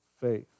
faith